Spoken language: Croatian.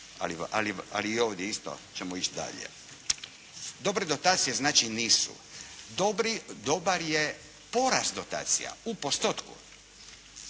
ali ovdje isto ćemo ići dalje. Dobre dotacije znači nisu. Dobar je porast dotacija u postotku.